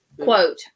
Quote